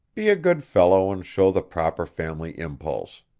be a good fellow and show the proper family impulse.